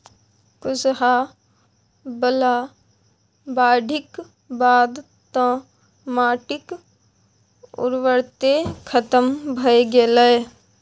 कुसहा बला बाढ़िक बाद तँ माटिक उर्वरते खतम भए गेलै